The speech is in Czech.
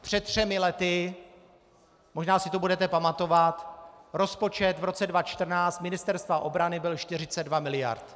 Před třemi lety, možná si to budete pamatovat, rozpočet v roce 2014 Ministerstva obrany byl 42 mld.